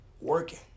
working